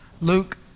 Luke